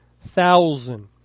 thousand